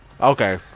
okay